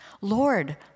Lord